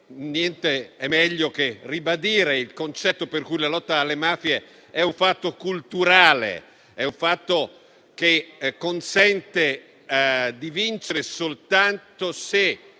niente è meglio che ribadire il concetto per cui la lotta alle mafie è un fatto culturale, per cui si potrà vincere soltanto se